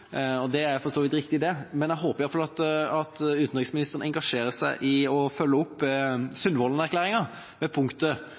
så vidt riktig, men jeg håper i alle fall at utenriksministeren engasjerer seg i å følge opp